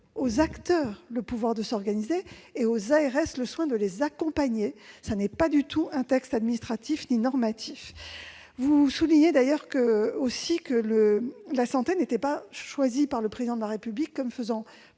aux acteurs le pouvoir de s'organiser et aux ARS le soin de les accompagner. Ce n'est pas du tout un texte administratif ou normatif. Vous soulignez aussi que le thème de la santé n'avait pas été choisi par le Président de la République lors du grand